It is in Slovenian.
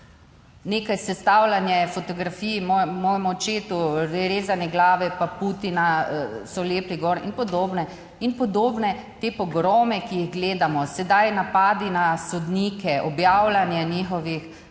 Neke sestavljanje fotografij mojemu očetu, rezanje glave pa Putina so lepi gor in podobne in podobne te pogrome, ki jih gledamo, sedaj napadi na sodnike, objavljanje njihovih teh